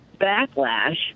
backlash